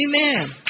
Amen